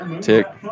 tick